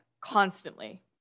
constantly